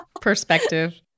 perspective